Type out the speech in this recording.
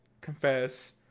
confess